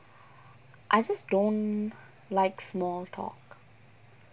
I just don't like small talk